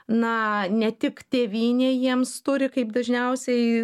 na ne tik tėvynė jiems turi kaip dažniausiai